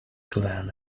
glen